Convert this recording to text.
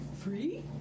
free